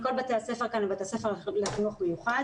כל בתי הספר כאן הם בתי ספר לחינוך מיוחד.